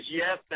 yes